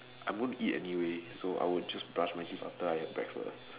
I won't eat anyway so I will just brush my teeth after I have breakfast